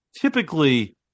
typically